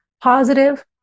positive